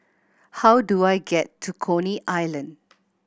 how do I get to Coney Island